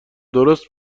درست